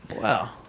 Wow